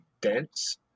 dense